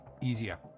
easier